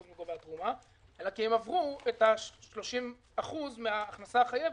מגובה התרומה אלא כי הם עברו את ה-30% מן ההכנסה החייבת,